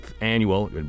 annual